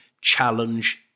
challenge